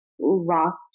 lost